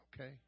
okay